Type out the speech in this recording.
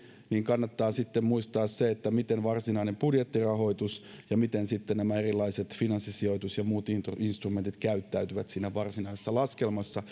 kannattaa sitten muistaa miten varsinainen budjettirahoitus ja miten nämä erilaiset finanssisijoitus ja muut instrumentit käyttäytyvät siinä varsinaisessa laskelmassa